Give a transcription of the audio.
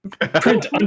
print